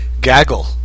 gaggle